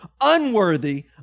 unworthy